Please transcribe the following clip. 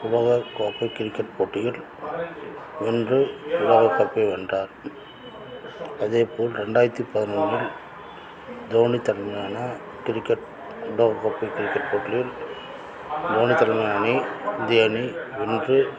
உலக கோப்பை கிரிக்கெட் போட்டியில் வென்று உலக கோப்பையை வென்றார் அதேபோல் ரெண்டாயிரத்து பதினொண்ணில் தோனி தலைமையிலான கிரிக்கெட் உலக கோப்பை கிரிக்கெட் போட்டியில் தோனி தலைமை அணி இந்திய அணி வென்று